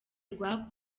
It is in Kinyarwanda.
rwa